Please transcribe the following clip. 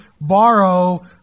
borrow